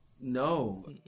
No